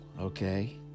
okay